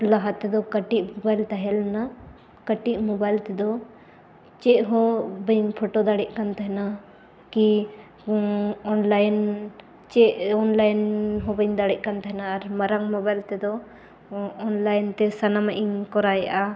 ᱞᱟᱦᱟ ᱛᱮᱫᱚ ᱠᱟᱹᱴᱤᱡ ᱛᱟᱦᱮᱸ ᱞᱮᱱᱟ ᱠᱟᱹᱴᱤᱡ ᱛᱮᱫᱚ ᱪᱮᱫ ᱦᱚᱸ ᱵᱟᱹᱧ ᱫᱟᱲᱮᱜ ᱠᱟᱱ ᱛᱟᱦᱮᱱᱟ ᱠᱤ ᱪᱮᱫ ᱦᱚᱸ ᱵᱟᱹᱧ ᱫᱟᱲᱮᱜ ᱠᱟᱱ ᱛᱟᱦᱮᱱᱟ ᱟᱨ ᱢᱟᱨᱟᱝ ᱛᱮᱫᱚ ᱛᱮ ᱥᱟᱱᱟᱢᱟᱜ ᱤᱧ ᱠᱚᱨᱟᱣᱮᱫᱼᱟ